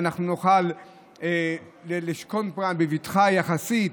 ואנחנו נוכל לשכון כולנו בבטחה יחסית.